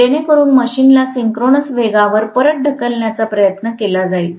जेणेकरून मशीनला सिंक्रोनस वेगावर परत ढकलण्याचा प्रयत्न केला जाईल